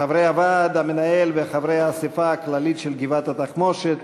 חברי הוועד המנהל וחברי האספה הכללית של גבעת-התחמושת,